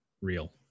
real